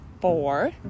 four